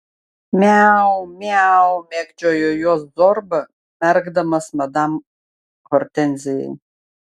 miau miau mėgdžiojo juos zorba merkdamas madam hortenzijai